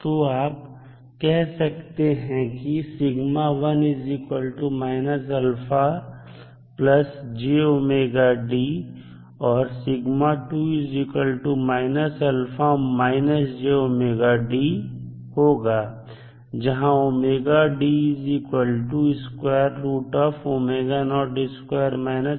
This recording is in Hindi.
तो आप कह सकते हैं कि और जहां है